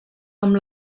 amb